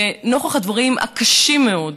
ונוכח הדברים הקשים מאוד